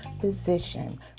physician